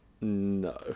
no